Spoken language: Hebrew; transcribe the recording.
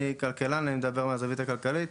אני כלכלן ואני מדבר מהזווית הכלכלית.